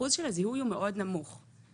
אחוז הזיהוי הוא נמוך מאוד.